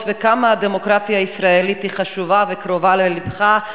וכמה הדמוקרטיה הישראלית חשובה וקרובה ללבך.